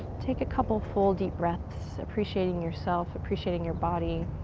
take a couple full deep breaths, appreciating yourself, appreciating your body.